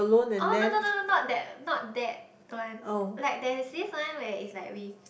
oh no no no not that not that one like there is this one where it's like we